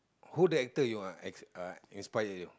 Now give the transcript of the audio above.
who the actor you are ins~ uh inspire you